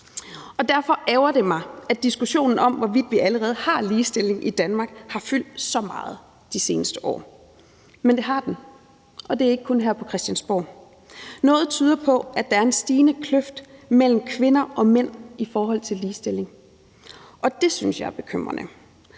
Derfor ærgrer det mig, at diskussionen om, hvorvidt vi allerede har ligestilling i Danmark, har fyldt så meget de seneste år. Men det har den, og det er ikke kun her på Christiansborg. Noget tyder på, at der er en stigende kløft mellem kvinder og mænd i forhold til ligestilling, og det synes jeg er bekymrende.